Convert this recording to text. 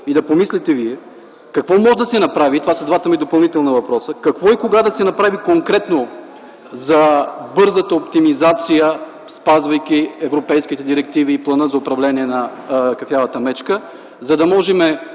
да помислите какво може да се направи, и това са двата ми допълнителни въпроса: какво и кога да се направи конкретно за бързата оптимизация, спазвайки европейските директиви и Плана за управление на кафявата мечка, за да може